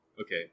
Okay